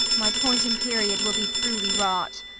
my point and period will be throughly wrought,